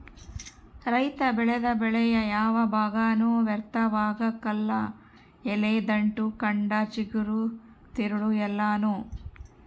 ರೈತ ಬೆಳೆದ ಬೆಳೆಯ ಯಾವ ಭಾಗನೂ ವ್ಯರ್ಥವಾಗಕಲ್ಲ ಎಲೆ ದಂಟು ಕಂಡ ಚಿಗುರು ತಿರುಳು ಎಲ್ಲಾನೂ